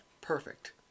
perfect